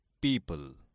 people